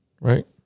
Right